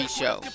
show